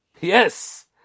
Yes